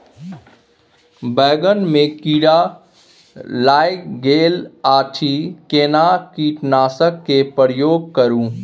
बैंगन में कीरा लाईग गेल अछि केना कीटनासक के प्रयोग करू?